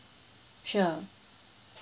sure